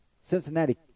Cincinnati